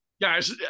Guys